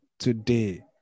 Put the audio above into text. today